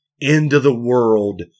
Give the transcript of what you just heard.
end-of-the-world